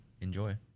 Enjoy